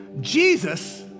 Jesus